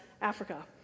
Africa